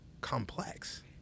complex